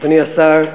אדוני השר,